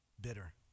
bitter